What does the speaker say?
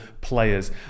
players